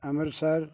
Amritsar